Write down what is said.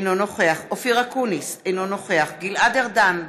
אינו נוכח אופיר אקוניס, אינו נוכח גלעד ארדן,